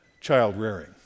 child-rearing